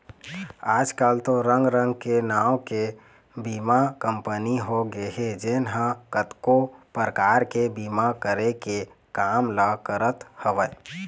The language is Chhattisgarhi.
आजकल तो रंग रंग के नांव के बीमा कंपनी होगे हे जेन ह कतको परकार के बीमा करे के काम ल करत हवय